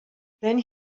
then